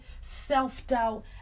self-doubt